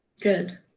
good